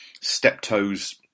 Steptoe's